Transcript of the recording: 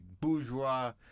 bourgeois